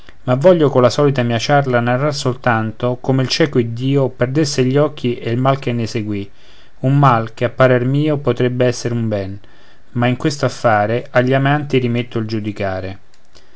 ma voglio colla solita mia ciarla narrar soltanto come il cieco iddio perdesse gli occhi e il mal che ne seguì un mal che a parer mio potrebbe essere un ben ma in questo affare agli amanti rimetto il giudicare